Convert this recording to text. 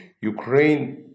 Ukraine